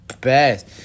best